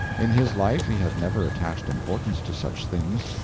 in his life he had never attached importance to such things.